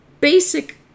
basic